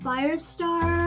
Firestar